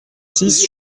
six